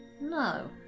No